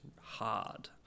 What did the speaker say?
hard